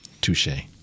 Touche